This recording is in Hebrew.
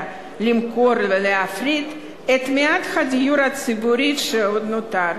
למכור ולהפריט את מעט הדיור הציבורי שעוד נותר.